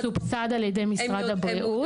זה מסובסד על ידי משרד הבריאות.